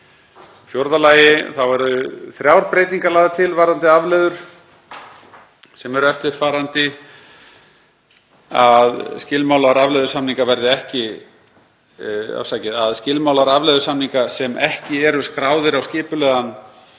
ára. 4. Þá eru þrjár breytingar lagðar til varðandi afleiður, sem eru eftirfarandi: a. Að skilmálar afleiðusamninga sem ekki eru skráðir á skipulegan